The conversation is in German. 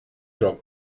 job